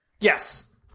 yes